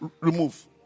remove